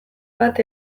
bat